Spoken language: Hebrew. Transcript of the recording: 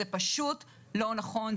זה פשוט לא נכון.